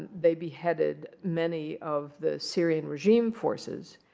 they beheaded many of the syrian regime forces.